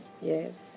Yes